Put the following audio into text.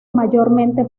mayormente